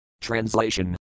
Translation